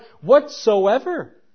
whatsoever